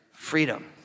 Freedom